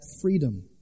freedom